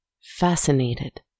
fascinated